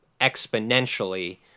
exponentially